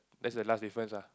that's the last difference lah